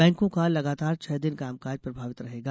बैंकों का लगातार छह दिन कामकाज प्रभावित रहेगा